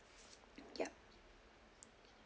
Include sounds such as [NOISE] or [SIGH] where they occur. [NOISE] yup